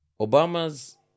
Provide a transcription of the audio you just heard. Obama's